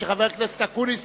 שחבר הכנסת אקוניס